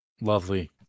Lovely